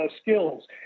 skills